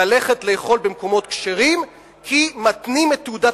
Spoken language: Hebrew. ללכת לאכול במקומות כשרים כי מתנים את תעודת